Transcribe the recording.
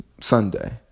Sunday